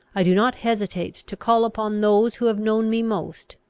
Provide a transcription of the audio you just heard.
i do not hesitate to call upon those who have known me most,